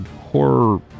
horror